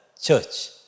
church